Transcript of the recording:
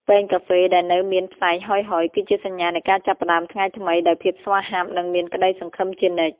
ពែងកាហ្វេដែលនៅមានផ្សែងហុយៗ គឺជាសញ្ញានៃការចាប់ផ្ដើមថ្ងៃថ្មីដោយភាពស្វាហាប់និងមានក្ដីសង្ឃឹមជានិច្ច។